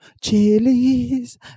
Chili's